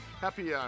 Happy